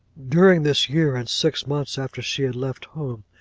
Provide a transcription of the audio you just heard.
during this year, and six months after she had left home,